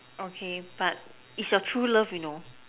okay but is your true love you know